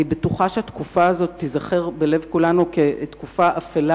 אני בטוחה שהתקופה הזאת תיזכר כתקופה אפלה